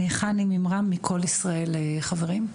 חני ממרם מ"כל ישראל חברים".